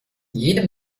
jedem